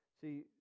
See